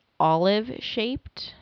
olive-shaped